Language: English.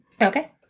Okay